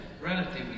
relatively